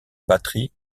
batterie